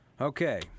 Okay